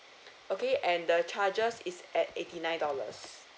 okay and the charges is at eighty nine dollars